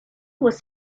was